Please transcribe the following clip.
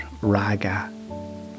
raga